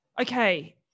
okay